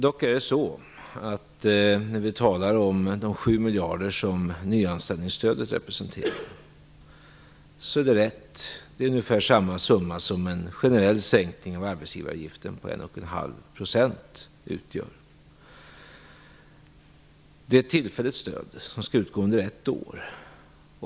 Det är rätt att de 7 miljarder som nyanställningsstödet representerar innebär ungefär samma summa som en sänkning av arbetsgivaravgiften med 1,5 % skulle innebära. Dessa 7 miljarder är ett tillfälligt stöd som skall utgå under ett år.